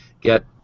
get